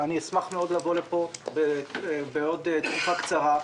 אשמח מאוד לבוא לפה בעוד תקופה קצרה.